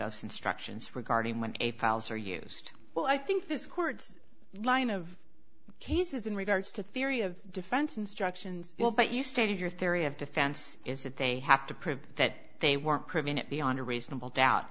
us instructions regarding when a files are used well i think this court's line of cases in regards to theory of defense instructions well but you stated your theory of defense is that they have to prove that they weren't prevented beyond a reasonable doubt